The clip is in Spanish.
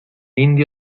indio